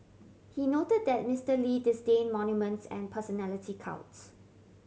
he noted that Mister Lee disdain monuments and personality cults